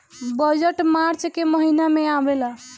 budget March के महिना में आवेला